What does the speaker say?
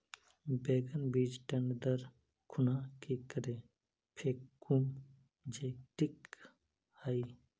बैगन बीज टन दर खुना की करे फेकुम जे टिक हाई?